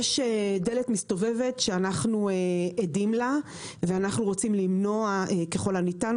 יש דלת מסתובבת שאנחנו עדים לה ורוצים למנוע אותה ככל הניתן,